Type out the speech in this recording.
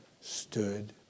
stood